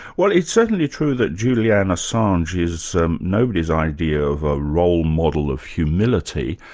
well it's certainly true that julian assange is nobody's idea of a role model of humility,